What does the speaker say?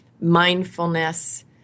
mindfulness